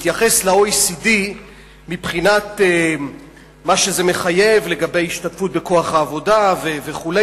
התייחס ל-OECD מבחינת מה שזה מחייב לגבי השתתפות בכוח העבודה וכו',